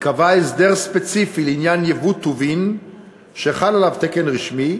ייקבע הסדר ספציפי לעניין ייבוא טובין שחל עליו תקן רשמי,